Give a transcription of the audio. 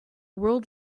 world